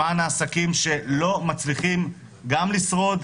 למען העסקים שלא מצליחים לשרוד,